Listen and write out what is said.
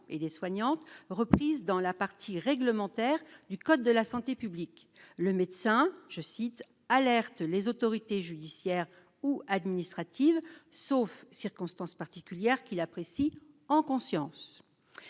et les soignantes reprise dans la partie réglementaire du code de la santé publique, le médecin, je cite, alerte les autorités judiciaires ou administratives, sauf circonstances particulières qu'il apprécie en conscience,